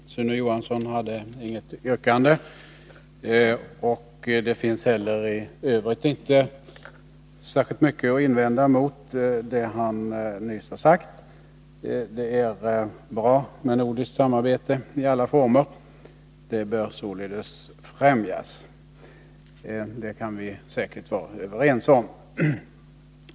Herr talman! Sune Johansson hade inget yrkande, och det finns inte heller i övrigt särskilt mycket att invända mot det han nyss har sagt. Det är bra med nordiskt samarbete i alla former, och det bör således främjas, det kan vi säkert vara överens om.